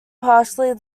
partially